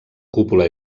cúpula